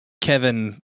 Kevin